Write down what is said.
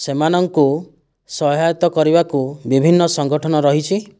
ସେମାନଙ୍କୁ ସହାୟତା କରିବାକୁ ବିଭିନ୍ନ ସଂଗଠନ ରହିଛି